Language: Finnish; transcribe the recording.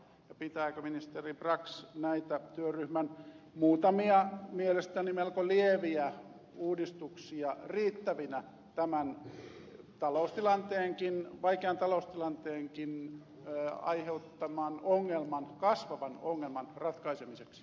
pitääkö ministeri brax näitä työryhmän muutamia mielestäni melko lieviä uudistuksia riittävinä tämän vaikean taloustilanteenkin aiheuttaman kasvavan ongelman ratkaisemiseksi